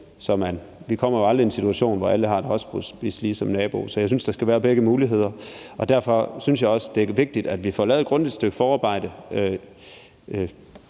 Vi kommer jo aldrig i en situation, hvor alle har et hospice som nabo. Så jeg synes, der skal være begge muligheder. Derfor synes jeg også, det er vigtigt, at vi får lavet et grundigt stykke forarbejde,